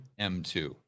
M2